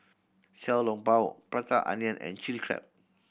Xiao Long Bao Prata Onion and Chilli Crab